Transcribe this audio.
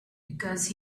because